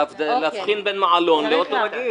זה להבחין בין מעלון לאוטו רגיל.